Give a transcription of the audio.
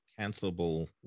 cancelable